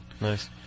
Nice